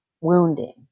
wounding